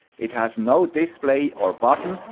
it has no display or buttons,